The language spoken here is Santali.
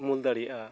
ᱩᱢᱩᱞ ᱫᱟᱲᱮᱭᱟᱜᱼᱟ